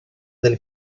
del